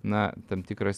na tam tikras